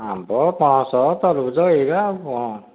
ଆମ୍ବ ପଣସ ତରଭୂଜ ଏଇଆ ଆଉ କ'ଣ